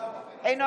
בשש-בש?